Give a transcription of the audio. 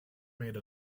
made